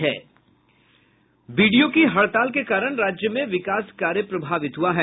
BDO की हड़ताल के कारण राज्य में विकास कार्य प्रभावित हुआ है